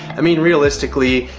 i mean, realistically,